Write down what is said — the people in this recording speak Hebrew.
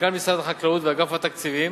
מנכ"ל משרד החקלאות ואגף התקציבים.